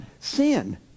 sin